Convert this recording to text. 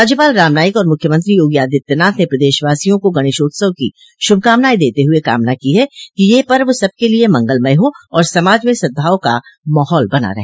राज्यपाल राम नाईक और मुख्यमंत्री योगी आदित्यनाथ ने प्रदेशवासियों को गणेशोत्सव की शुभकामनाएं देते हुए कामना की है कि यह पर्व सबके लिए मंगलमय हो और समाज में सद्भाव का माहौल बना रहे